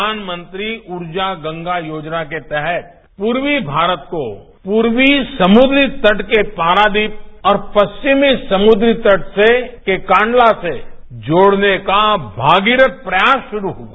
प्रधानमंत्री रूर्जा गंगा योजना के तहत पूर्वी भारत को पूर्वी समुद्र तट के पारादीप और पश्चिमी समुद्री तट के कांडला से जोडने का भागीरथ प्रयास शुरू हुआ